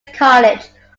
college